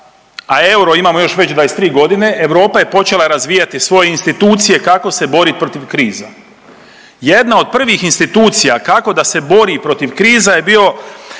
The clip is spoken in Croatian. a euro imamo još već 23 godine, Europa je počela razvijati svoje institucije kako se borit protiv kriza. Jedna od prvih institucija kako da se bori protiv kriza je bio